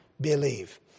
believe